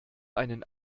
einen